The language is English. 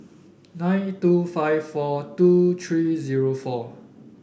nine two five four two three zero four